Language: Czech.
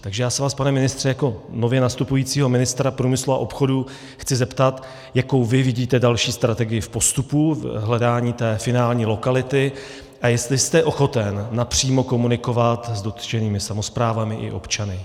Já se vás, pane ministře, jako nově nastupujícího ministra průmyslu a obchodu chci zeptat, jakou vy vidíte další strategii v postupu hledání finální lokality a jestli jste ochoten napřímo komunikovat s dotčenými samosprávami i občany.